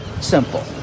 simple